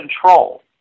control